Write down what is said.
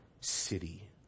city